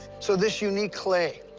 so this unique clay,